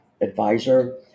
advisor